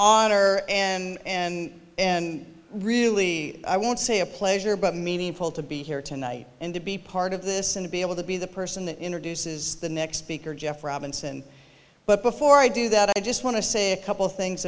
honor and and and really i want to say a pleasure but meaningful to be here tonight and to be part of this and to be able to be the person that introduces the next speaker jeff robinson but before i do that i just want to say a couple things